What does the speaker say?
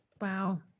Wow